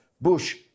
Bush